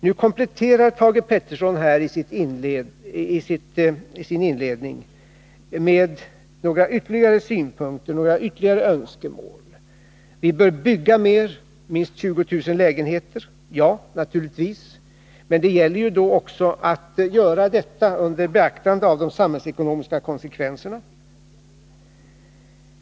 Nu kompletterar Thage Peterson i sin inledning här med några ytterligare synpunkter och önskemål. Han säger att vi bör bygga mer, minst 20 000 lägenheter. Ja, naturligtvis, men det gäller då också att göra detta under beaktande av de samhällsekonomiska konsekvenserna.